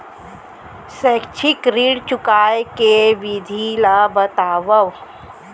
शैक्षिक ऋण चुकाए के विधि ला बतावव